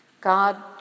God